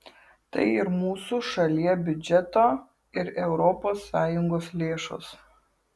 tai ir mūsų šalie biudžeto ir europos sąjungos lėšos